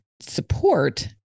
support